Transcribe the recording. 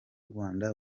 rwanda